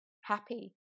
happy